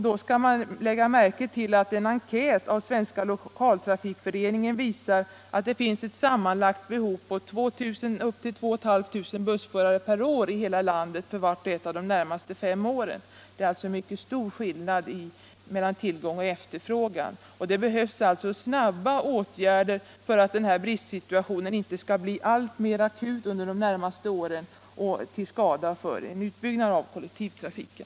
Då skall man lägga märke till att en enkät av Svenska lokaltrafikföreningen visar att det finns ett sammanlagt behov på 2 000-2 500 bussförare per år i hela landet för vart och ett av de närmaste fem åren. Det är alltså en mycket stor skillnad mellan tillgång och efterfrågan. Det behövs alltså snabba åtgärder för att denna bristsituation inte skall bli alltmer akut under de närmaste åren, till skada för en utbyggnad av kollektivtrafiken.